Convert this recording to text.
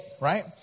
right